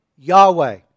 Yahweh